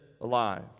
alive